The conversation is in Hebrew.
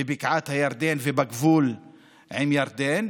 בבקעת הירדן ובגבול עם ירדן